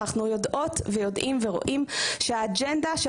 ואנחנו יודעות ויודעים ורואים שהאג'נדה של